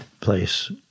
place